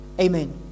Amen